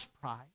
pride